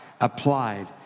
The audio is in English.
applied